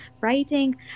writing